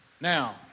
Now